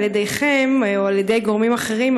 על-ידיכם או על-ידי גורמים אחרים,